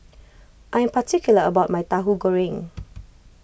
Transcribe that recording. I am particular about my Tahu Goreng